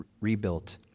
rebuilt